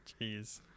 Jeez